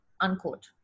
unquote